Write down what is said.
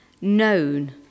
known